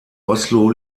oslo